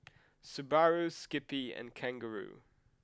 Subaru Skippy and Kangaroo